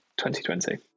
2020